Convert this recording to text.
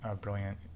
brilliant